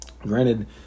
granted